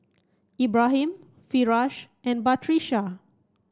Ibrahim Firash and Batrisya